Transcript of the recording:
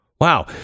Wow